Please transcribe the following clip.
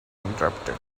interrupted